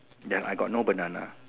ya I got no banana